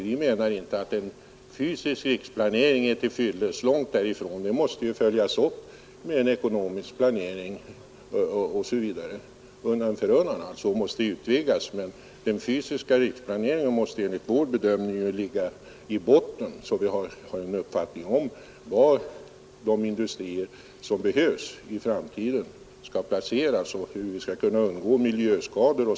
Vi menar inte att en fysisk riksplanering är till fyllest — långt därifrån. Den måste undan för undan följas upp med ekonomisk planering osv. Men den fysiska riksplaneringen måste enligt vår bedömning ligga i botten så att vi har en uppfattning om var de industrier som behövs i framtiden skall placeras och hur vi skall kunna undgå miljöskador.